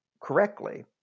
correctly